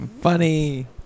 funny